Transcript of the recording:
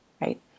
right